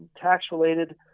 tax-related